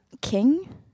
King